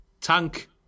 Tank